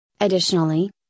Additionally